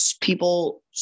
people